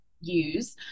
use